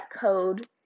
code